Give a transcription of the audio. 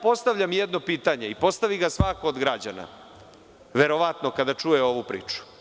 Postavljam jedno pitanje, i postavi ga svako od građana, verovatno kada čuje ovu priču.